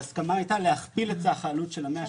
ההסכמה הייתה להכפיל את סך העלות של ה-130